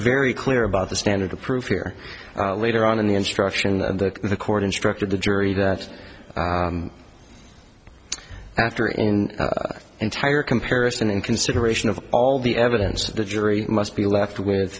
very clear about the standard of proof here later on in the instruction and the court instructed the jury that after in entire comparison in consideration of all the evidence that the jury must be left with